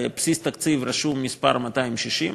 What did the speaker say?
בבסיס התקציב רשום המספר 260,